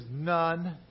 none